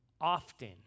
often